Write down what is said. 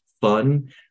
fun